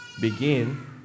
begin